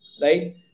Right